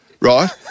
right